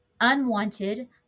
unwanted